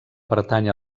pertànyer